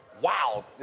Wow